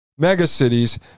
megacities